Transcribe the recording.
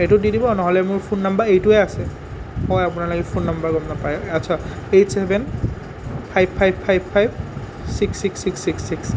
এইটোত দি দিব নহ'লে মোৰ ফোন নাম্বাৰ এইটোৱেই আছে হয় আপোনালোকে ফোন নাম্বাৰ গম নাপায় আচ্ছা eight seven five five five five six six six six six